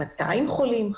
200 חולים,